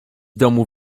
domu